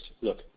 look